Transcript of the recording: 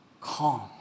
calm